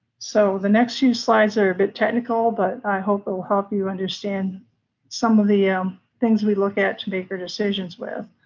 so, the next few slides are a bit technical, but i hope and will help you understand some of the things we look at to make our decisions with.